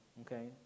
okay